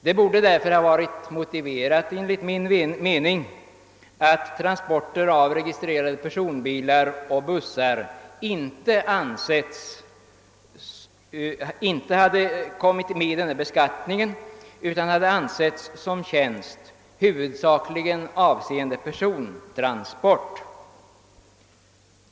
Det hade därför enligt min mening varit motiverat att transporter av registrerade personbilar och bussar inte hade tagits med i denna beskattning utan hade ansetts som tjänst huvudsakligen avseende persontransport.